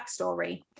backstory